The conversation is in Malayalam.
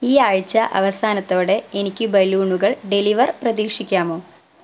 ഈ ആഴ്ച അവസാനത്തോടെ എനിക്ക് ബലൂണുകൾ ഡെലിവർ പ്രതീക്ഷിക്കാമോ